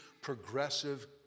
progressive